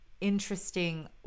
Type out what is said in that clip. interesting